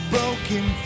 Broken